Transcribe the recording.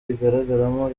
igaragaramo